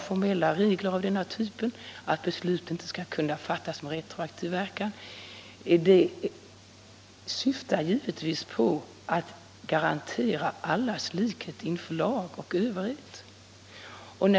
Formella regler om att beslut med retroaktiv verkan inte skall kunna fattas syftar givetvis till att garantera allas likhet inför lag och överhet.